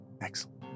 Excellent